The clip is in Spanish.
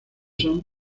son